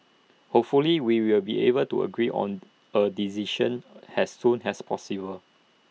hopefully we will be able to agree on A decision has soon has possible